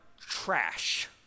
trash